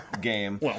game